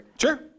Sure